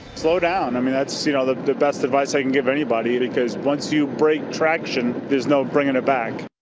slow down. i mean that's you know the the best advice i can give anybody because once you brake traction, there is no bringing it back.